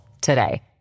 today